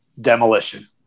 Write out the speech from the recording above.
demolition